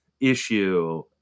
issue